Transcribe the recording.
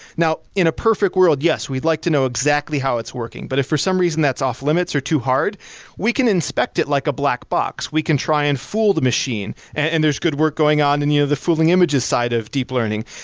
in a perfect world, yes, we'd like to know exactly how it's working, but if for some reason that's off-limits or too hard we can inspect it like a black box. we can try and fool the machine, and there's good work going on in and you know the fooling images side of deep learning.